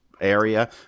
area